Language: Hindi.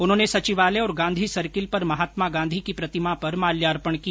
उन्होंने सचिवालय और गांधी सर्किल पर महात्मा गांधी की प्रतिमा पर माल्यार्पण किया